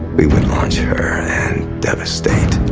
we would launch her and devastate,